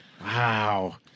Wow